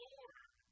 Lord